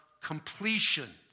completion